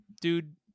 Dude